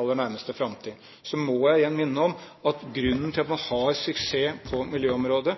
aller nærmeste framtid. Så må jeg igjen minne om at det å ha suksess på miljøområdet